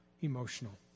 emotional